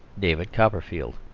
david copperfield